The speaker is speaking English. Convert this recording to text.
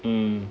mm